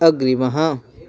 अग्रिमः